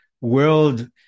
World